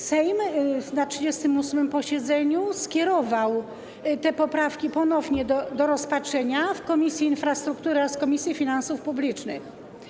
Sejm na 38. posiedzeniu skierował te poprawki ponownie do rozpatrzenia w Komisji Infrastruktury oraz Komisji Finansów Publicznych.